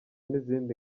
n’izindi